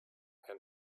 and